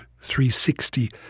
360